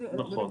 נכון.